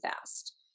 fast